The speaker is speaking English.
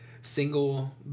single